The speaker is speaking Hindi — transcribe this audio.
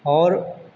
और